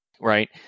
Right